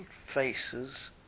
faces